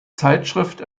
zeitschrift